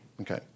Okay